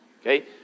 okay